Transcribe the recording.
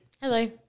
Hello